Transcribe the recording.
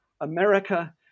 America